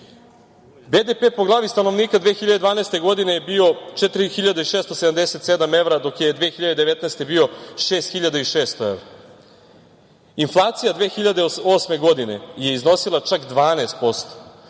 po glavi stanovnika 2012. godine je bio 4.677 evra, dok je 2019. godine bio 6.600 evra. Inflacija 2008. godine je iznosila čak 12%,